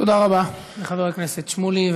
תודה רבה לחבר הכנסת שמולי.